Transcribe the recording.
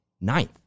Ninth